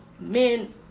men